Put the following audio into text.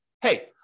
hey